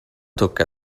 tocca